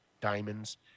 diamonds